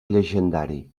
llegendari